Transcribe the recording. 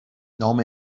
نام